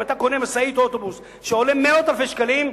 אם אתה קונה משאית או אוטובוס שעולה מאות אלפי שקלים,